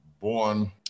Born